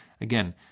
Again